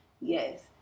Yes